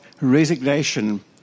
resignation